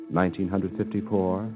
1954